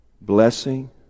Blessing